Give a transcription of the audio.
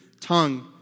tongue